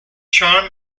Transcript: charm